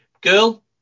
girl